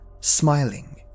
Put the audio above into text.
smiling